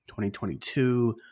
2022